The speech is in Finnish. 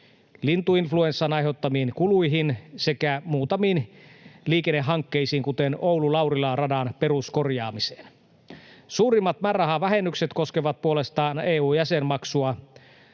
lintuinfluenssan aiheuttamiin kuluihin sekä muutamiin liikennehankkeisiin, kuten Oulu—Laurila-radan peruskorjaamiseen. Suurimmat määrärahavähennykset koskevat puolestaan EU-jäsenmaksua,